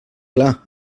clar